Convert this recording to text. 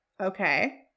Okay